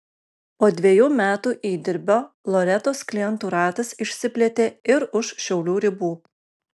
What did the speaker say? po dvejų metų įdirbio loretos klientų ratas išsiplėtė ir už šiaulių ribų